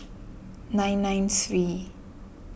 nine nine three